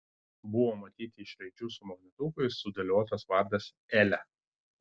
buvo matyti iš raidžių su magnetukais sudėliotas vardas elė